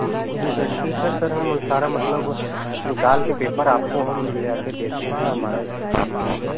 जी जी सर ठीक है सर हम सारा मतलब निकाल के पेपर आपको हम ले आकर देते हैं हमारा ये सर काम कराइए